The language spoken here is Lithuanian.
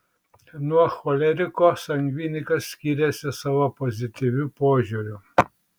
nuo choleriko sangvinikas skiriasi savo pozityviu požiūriu